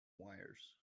wires